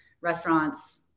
restaurants